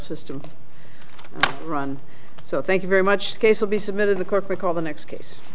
system run so thank you very much the case will be submitted to corporate call the next case